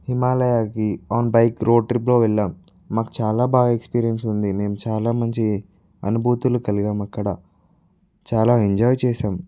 హిమాలయాకి on bike road ట్రిప్లో వెళ్లాం మాకు చాలా బాగా ఎక్స్పీరియన్స్ ఉంది మేము చాలా మంచి అనుభూతులు కలిగాం అక్కడ చాలా ఎంజాయ్ చేశాం